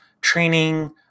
training